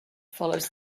follows